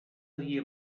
dia